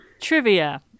Trivia